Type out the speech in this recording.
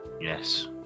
yes